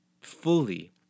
fully